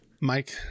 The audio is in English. Mike